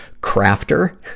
Crafter